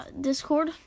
Discord